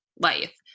life